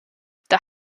the